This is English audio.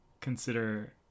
consider